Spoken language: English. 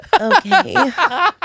Okay